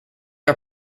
are